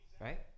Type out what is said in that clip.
Right